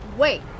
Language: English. Wait